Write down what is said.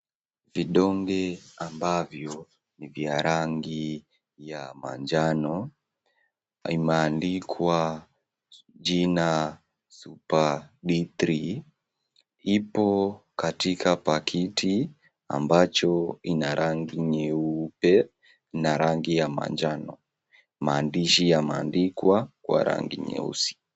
Vidonge ambavyo ni vya rangi ya manjano na imeandikwa jina Super D3 . Ipo katika pakiti ambacho ina rangi nyeupe na rangi ya manjano. Maandishi yameandikwa kwa rangi nyeusi.